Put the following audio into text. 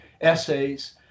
essays